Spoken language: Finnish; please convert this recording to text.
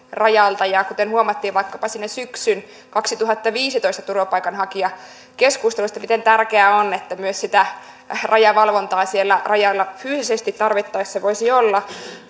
rajalta kuten huomattiin vaikkapa syksyn kaksituhattaviisitoista turvapaikanhakijakeskustelussa tärkeää on että myös sitä rajavalvontaa siellä rajalla fyysisesti tarvittaessa voisi olla